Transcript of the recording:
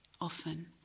often